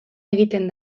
egiten